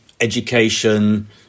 education